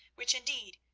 which, indeed,